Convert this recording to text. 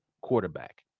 quarterback